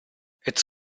its